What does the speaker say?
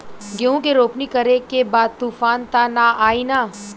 गेहूं के रोपनी करे के बा तूफान त ना आई न?